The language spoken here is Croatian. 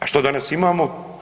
A što danas imamo?